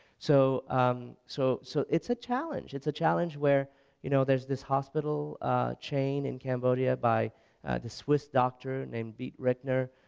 so so so it's a challenge, it's a challenge where you know there's this hospital chain in cambodia by the swiss doctor named beat richner.